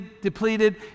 depleted